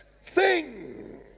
sing